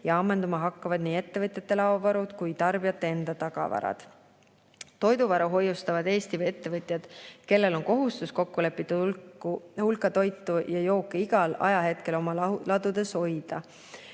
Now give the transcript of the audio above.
ja ammenduma hakkavad nii ettevõtjate laovarud kui ka tarbijate enda tagavarad. Toiduvaru hoiustavad Eesti ettevõtjad, kellel on kohustus kokkulepitud hulka toitu ja jooke igal ajahetkel oma ladudes hoida.